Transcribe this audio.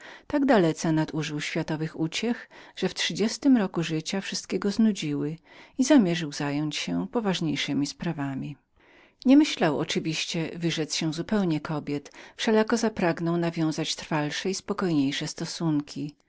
tak dalece nadużył światowych uciech że w trzydziestym roku życia wszystkie go znudziły i zapragnął nabycia udziału w sprawach kraju pomimo to nie wyrzekł się zupełnie kobiet ale wolałby był wejść w trwalsze i spokojniejsze stosunki